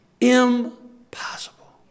Impossible